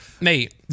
mate